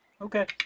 Okay